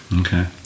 Okay